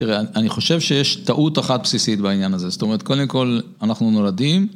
תראה, אני חושב שיש טעות אחת בסיסית בעניין הזה. זאת אומרת, קודם כל, אנחנו נולדים...